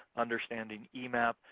understanding emap.